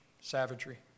savagery